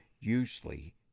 usually